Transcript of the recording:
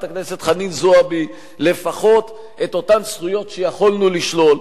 הכנסת חנין זועבי לפחות את אותן זכויות שיכולנו לשלול,